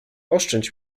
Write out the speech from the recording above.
oszczędź